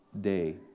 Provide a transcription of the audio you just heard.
day